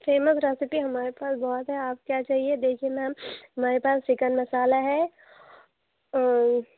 famous recipe ہمارے پاس بہت ہے آپ کو کیا چاہیے دیکھیے میم ہمارے پاس چکن مسالا ہے اور